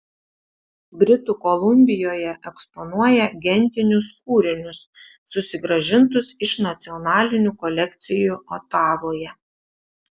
britų kolumbijoje eksponuoja gentinius kūrinius susigrąžintus iš nacionalinių kolekcijų otavoje